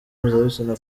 mpuzabitsina